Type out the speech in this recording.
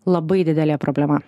labai didelė problema